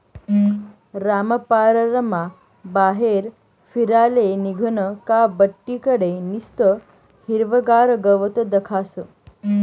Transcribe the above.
रामपाररमा बाहेर फिराले निंघनं का बठ्ठी कडे निस्तं हिरवंगार गवत दखास